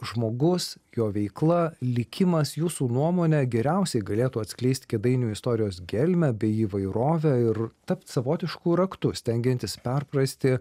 žmogus jo veikla likimas jūsų nuomone geriausiai galėtų atskleist kėdainių istorijos gelmę bei įvairovę ir tapt savotišku raktu stengiantis perprasti